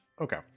Okay